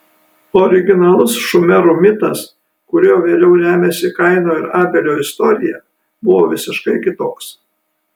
originalus šumerų mitas kuriuo vėliau remiasi kaino ir abelio istorija buvo visiškai kitoks